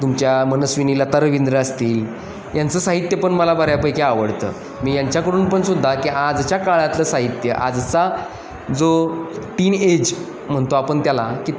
तुमच्या मनस्विनी लता रविंद्र असतील यांचं साहित्य पण मला बऱ्यापैकी आवडतं मी यांच्याकडून पण सुद्धा की आजच्या काळातलं साहित्य आजचा जो टीनएज म्हणतो आपण त्याला की